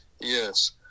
Yes